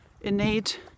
innate